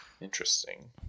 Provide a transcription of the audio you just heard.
Interesting